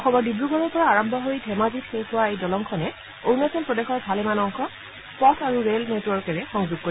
অসমৰ ডিব্ৰুগড়ৰ পৰা আৰম্ভ হৈ ধেমাজিত শেষ হোৱা এই দলংখনে অৰুণাচল প্ৰদেশৰ ভালেমান অংশক পথ আৰু ৰেল নেটৱৰ্কেৰে সংযোগ কৰিব